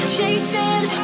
Chasing